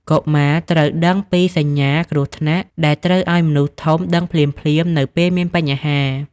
កុមារត្រូវដឹងពី សញ្ញាគ្រោះថ្នាក់ ដែលត្រូវឱ្យមនុស្សធំដឹងភ្លាមៗនៅពេលមានបញ្ហា។